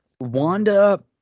Wanda